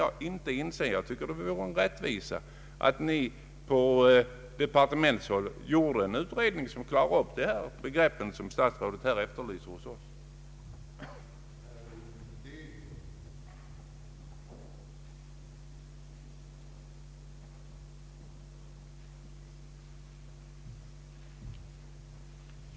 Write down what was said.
Jag anser att det vore en rättvisa om ni på departementshåll gjorde en utredning som klarade upp begreppen som statsrådet vill ha belysta från vår sida.